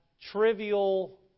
trivial